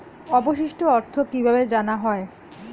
অবশিষ্ট অর্থ কিভাবে জানা হয়?